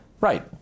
Right